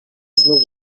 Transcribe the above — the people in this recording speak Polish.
znów